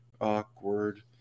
awkward